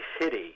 City